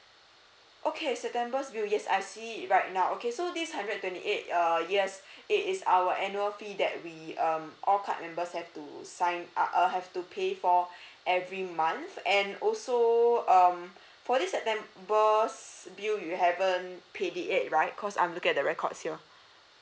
okay september's bill yes I see it right now okay so this hundred and twenty eight uh yes it is our annual fee that we um all card members have to sign up err have to pay for every month and also um for this september's bill you haven't pay it yet right cause I'm look at the records here